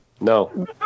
No